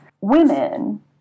women